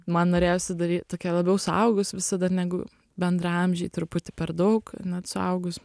man norėjosi daryt tokia labiau suaugus visada negu bendraamžiai truputį per daug net suaugus